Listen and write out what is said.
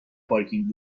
پارکینگ